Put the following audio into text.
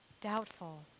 doubtful